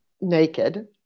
naked